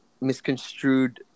misconstrued